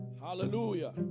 hallelujah